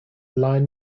line